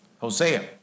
Hosea